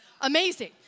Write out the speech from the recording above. amazing